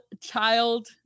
child